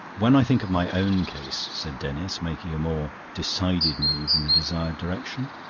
when i think of my own case, said denis, making a more decided move in the desired direction,